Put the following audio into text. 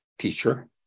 Teacher